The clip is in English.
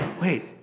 Wait